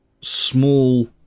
small